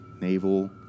Naval